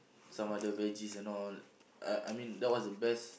some other veggies and all I I mean that was the best